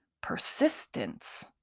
persistence